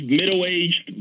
middle-aged